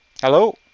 Hello